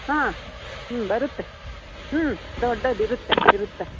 ಹಾಂ ಹ್ಞೂ ಬರುತ್ತೆ ಹ್ಞೂ ದೊಡ್ಡದು ಇರುತ್ತೆ ಇರುತ್ತೆ